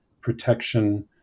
protection